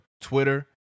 Twitter